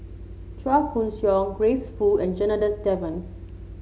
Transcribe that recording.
Chua Koon Siong Grace Fu and Janadas Devan